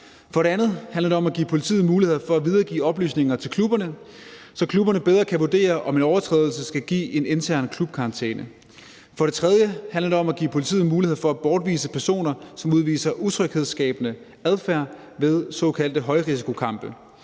For det andet handler det om at give politiet muligheder for at videregive oplysninger til klubberne, så klubberne bedre kan vurdere, om en overtrædelse skal give en intern klubkarantæne. For det tredje handler det om at give politiet mulighed for at bortvise personer, som udviser utryghedsskabende adfærd ved såkaldte højrisikokampe.